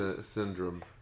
syndrome